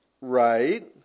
Right